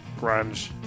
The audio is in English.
grunge